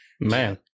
man